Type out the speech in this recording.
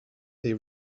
they